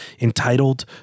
entitled